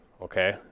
okay